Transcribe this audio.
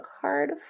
card